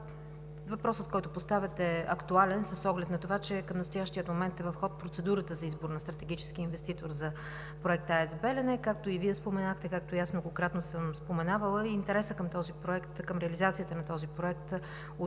въпросът, който поставяте, е актуален с оглед на това, че към настоящия момент е в ход процедурата за избор на стратегически инвеститор за Проекта АЕЦ „Белене“. Както Вие споменахте, както и аз многократно съм споменавала, интересът към реализацията на този проект от